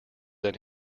than